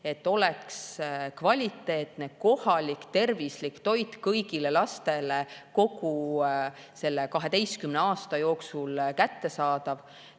et oleks kvaliteetne, kohalik, tervislik toit kõigile lastele kogu 12 aasta jooksul kättesaadav,